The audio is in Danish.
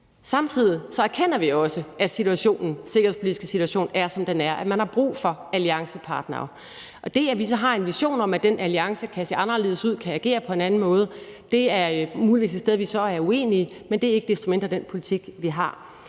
at den sikkerhedspolitiske situation er, som den er, og at man har brug for alliancepartnere. Det, at vi så har en vision om, at den alliance kan se anderledes ud og kan agere på en anden måde, er muligvis et sted, vi så er uenige, men det er ikke desto mindre den politik, vi har.